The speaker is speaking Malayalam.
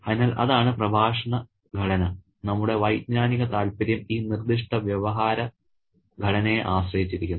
അതിനാൽ അതാണ് പ്രഭാഷണ ഘടന നമ്മുടെ വൈജ്ഞാനിക താൽപ്പര്യം ഈ നിർദ്ദിഷ്ട വ്യവഹാര ഘടനയെ ആശ്രയിച്ചിരിക്കുന്നു